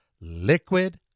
Liquid